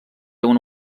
una